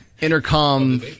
Intercom